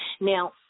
Now